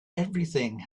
everything